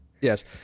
Yes